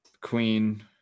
Queen